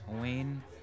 Wayne